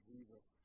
Jesus